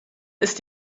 ist